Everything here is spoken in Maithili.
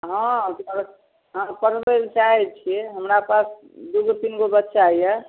हँ तऽ पढ़बैलए चाहै छिए हमरा पास दुइगो तीनगो बच्चा अइ